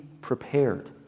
prepared